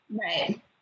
Right